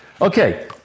Okay